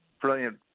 brilliant